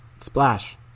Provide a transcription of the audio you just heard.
Splash